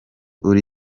uri